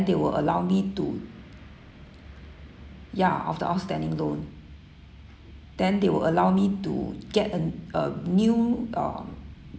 they will allow me to ya of the outstanding loan then they will allow me to get a~ a new um